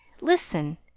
Listen